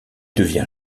devient